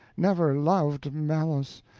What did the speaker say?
never loved malos,